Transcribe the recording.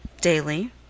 Daily